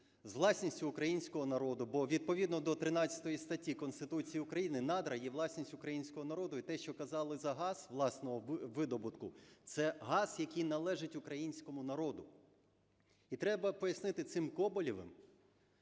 з власністю українського народу. Бо відповідно до 13 статті Конституції України надра є власність українського народу. І те, що казали за газ власного видобутку, це газ, який належить українському народу. І треба пояснити цим Коболєвим,